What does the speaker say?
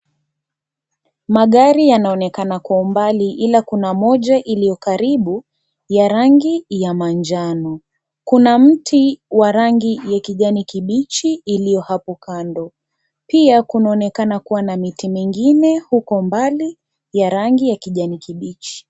Magari yanaonekana kwa umbali ila kuna moja iliyokaribu, ya rangi ya manjano. Kuna mti wa rangi ya kijani kibichi iliyo hapo kando. Pia kunaonekana kuwa kuna miti mingine huko mbali ya rangi ya kijani kibichi.